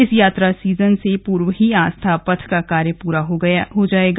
इस यात्रा सीजन से पूर्व ही आस्था पथ का कार्य पूर्ण हो जाएगा